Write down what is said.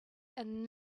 and